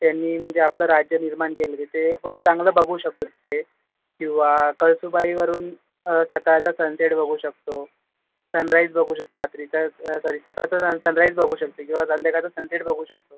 त्यांनी म्हणजे आपलं राज्य निर्माण केलं तिथे आपण चांगलं बघू शकतो तिथे किंवा कळसुबाईवरून सकाळचा सनसेट बघू शकतो सन राईज बघू शकतो रात्रीचा सॉरी सकाळचा सन सन राईज बघू शकतो किंवा संध्याकाळचा सनसेट बघू शकतो